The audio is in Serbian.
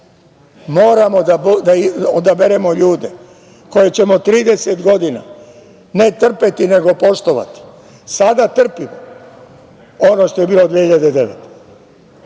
Moramo da odaberemo ljude koje ćemo 30 godina ne trpeti nego poštovati. Sada trpimo ono što je bilo 2009.